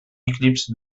éclipse